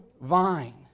vine